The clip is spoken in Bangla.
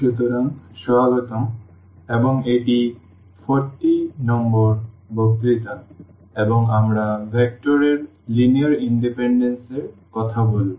সুতরাং স্বাগতম এবং এটি 40 নম্বর বক্তৃতা এবং আমরা ভেক্টর এর লিনিয়ার ইনডিপেনডেন্স এর কথা বলব